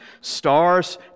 stars